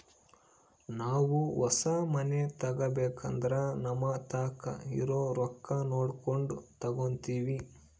ನಾವು ಹೊಸ ಮನೆ ತಗಬೇಕಂದ್ರ ನಮತಾಕ ಇರೊ ರೊಕ್ಕ ನೋಡಕೊಂಡು ತಗಂತಿವಿ